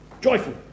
Joyful